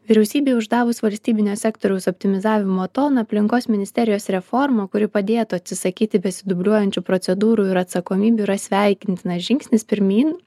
vyriausybė uždavus valstybinio sektoriaus optimizavimo toną aplinkos ministerijos reformą kuri padėtų atsisakyti besidubliuojančių procedūrų ir atsakomybių sveikintinas žingsnis pirmyn